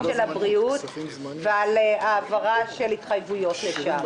של הבריאות והעברת התחייבויות לשם.